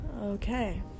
Okay